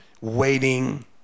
waiting